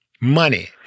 money